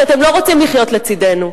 כי אתם לא רוצים לחיות לצדנו,